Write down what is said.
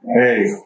Hey